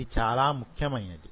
ఇది చాలా ముఖ్యమైనది